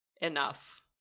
enough